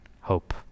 hope